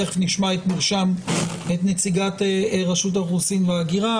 תכף נשמע את נציגת רשות האוכלוסין וההגירה.